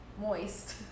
Moist